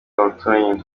abaturanyi